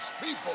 people